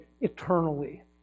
eternally